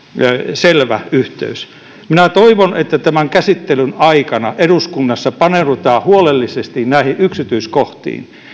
selvä yhteys minä toivon että tämän käsittelyn aikana eduskunnassa paneudutaan huolellisesti näihin yksityiskohtiin